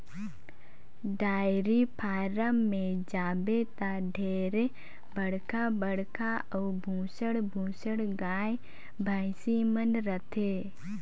dairy farm में जाबे त ढेरे बड़खा बड़खा अउ भुसंड भुसंड गाय, भइसी मन रथे